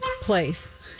Place